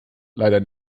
leider